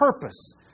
purpose